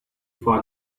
for